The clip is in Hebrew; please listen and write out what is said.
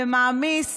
ומעמיס